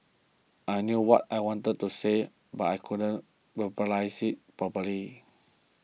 I knew what I wanted to say but I couldn't verbalise it properly